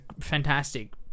fantastic